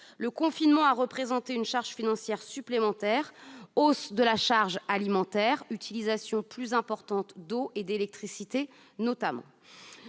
Le confinement a représenté une charge financière supplémentaire : hausse des dépenses alimentaires, utilisation plus importante d'eau et d'électricité, notamment.